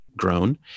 grown